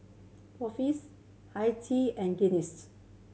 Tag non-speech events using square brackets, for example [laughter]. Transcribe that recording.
[unintelligible] Hi Tea and Guinness